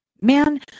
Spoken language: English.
Man